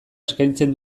eskaitzen